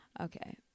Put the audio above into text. Okay